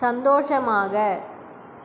சந்தோஷமாக